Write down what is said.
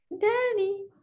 Danny